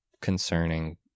concerning